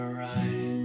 right